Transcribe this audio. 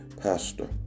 pastor